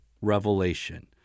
revelation